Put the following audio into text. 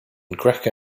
greco